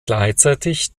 gleichzeitig